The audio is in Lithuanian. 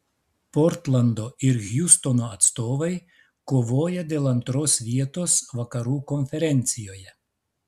portlando ir hjustono atstovai kovoja dėl antros vietos vakarų konferencijoje